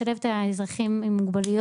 לשלב את האזרחים עם המוגבלויות